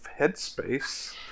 headspace